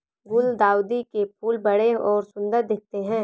गुलदाउदी के फूल बड़े और सुंदर दिखते है